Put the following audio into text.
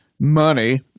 money